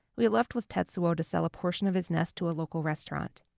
we left with tetsuo to sell a portion of his nest to a local restaurant.